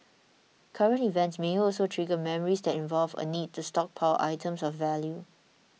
current events may also trigger memories that involve a need to stockpile items of value